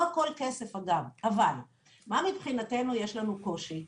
לא הכול כסף, אבל אני אסביר איפה הקושי שלנו,